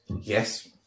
yes